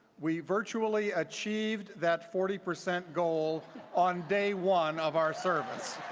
we virtually achieved that forty percent goal on day one of our service.